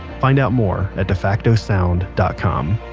find out more at defactosound dot com.